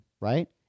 Right